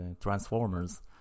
Transformers